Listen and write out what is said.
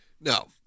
no